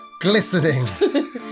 glistening